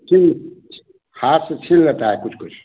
T हाथ से छीन लेता है कुछ कुछ